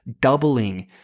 doubling